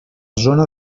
zona